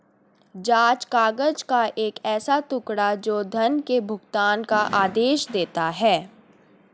जाँच काग़ज़ का एक ऐसा टुकड़ा, जो धन के भुगतान का आदेश देता है